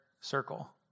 circle